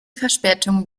verspätung